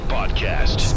Podcast